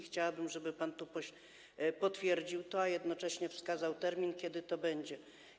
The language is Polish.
Chciałabym, żeby pan to potwierdził, a jednocześnie wskazał termin, kiedy to będzie.